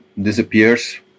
disappears